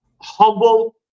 humble